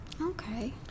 Okay